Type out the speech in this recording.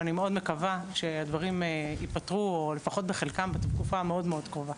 ואני מאוד מקווה שהדברים יפתרו או לפחות בחלקם בתקופה המאוד מאוד קרובה.